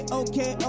okay